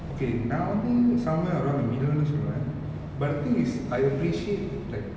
okay நா வந்து:na vanthu somewhere around the middle னு சொல்லுவன்:nu solluvan but the thing is I appreciate like